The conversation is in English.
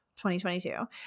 2022